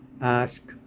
ask